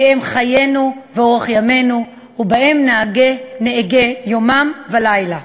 "כי הם חיינו ואורך ימינו ובהם נהגה יומם ולילה".